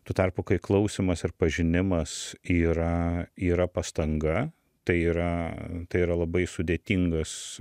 tu tarpu kai klausymas ir pažinimas yra yra pastanga tai yra tai yra labai sudėtingas